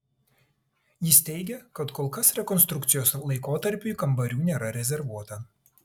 jis teigia kad kol kas rekonstrukcijos laikotarpiui kambarių nėra rezervuota